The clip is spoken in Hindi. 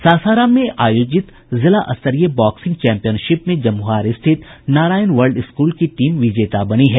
सासाराम में आयोजित जिला स्तरीय बॉक्सिग चैंपियनशिप में जमूहार स्थित नारायण वर्ल्ड स्कूल की टीम विजेता बनी है